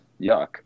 yuck